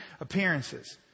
appearances